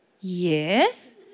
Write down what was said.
yes